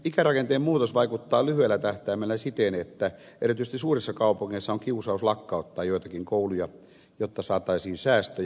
ikärakenteen muutos vaikuttaa lyhyellä tähtäimellä siten että erityisesti suurissa kaupungeissa on kiusaus lakkauttaa joitakin kouluja jotta saataisiin säästöjä